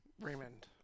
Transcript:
Raymond